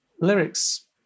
lyrics